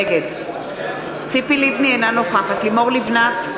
נגד ציפי לבני, אינה נוכחת לימור לבנת,